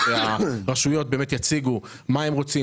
והרשויות יציגו מה הן רוצות.